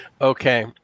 Okay